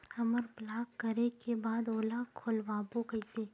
हमर ब्लॉक करे के बाद ओला खोलवाबो कइसे?